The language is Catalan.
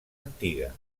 antiga